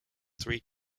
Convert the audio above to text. three